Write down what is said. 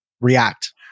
react